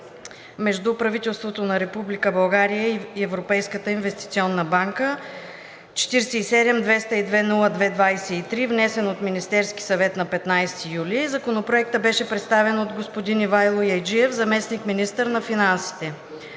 между правителството на Република България и Европейската инвестиционна банка, № 47-202-02-23, внесен от Министерския съвет на 15 юли 2022 г. Законопроектът беше представен от господин Ивайло Яйджиев – заместник-министър на финансите.